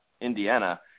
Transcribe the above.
Indiana